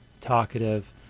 talkative